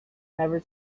never